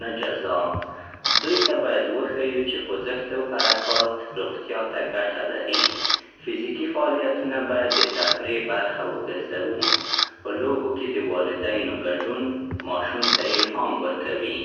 نه جزا. دوی ته باید وښيو چې خوځښت او حرکات روغتیا ته ګټه لري. فزیکي فعالیتونه باید د تفریح برخه وګرځوو. په لوبو کې د والدینو ګډون ماشوم ته الهام ورکوي.